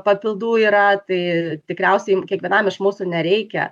papildų yra tai tikriausiai kiekvienam iš mūsų nereikia